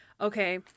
Okay